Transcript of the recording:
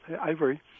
ivory